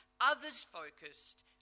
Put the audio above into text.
others-focused